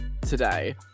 today